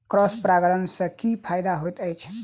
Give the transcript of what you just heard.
Cross परागण सँ की फायदा हएत अछि?